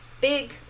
Big